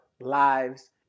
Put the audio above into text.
lives